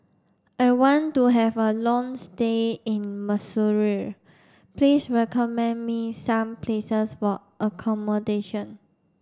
I want to have a long stay in Maseru Please recommend me some places for accommodation